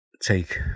take